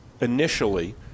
initially